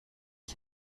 ich